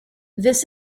this